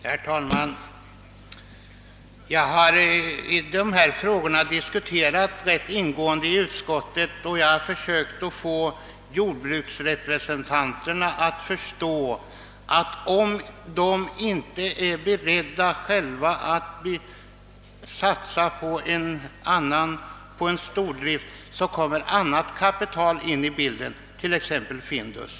Herr talman! Jag har diskuterat dessa frågor rätt ingående i utskottet och försökt få jordbruksrepresentanterna att förstå, att om de inte själva är beredda att satsa på stordrift kommer annat kapital och andra företag in i bilden, t.ex. Findus.